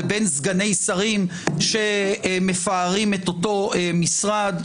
לבין סגני שרים שמפארים את אותו משרד.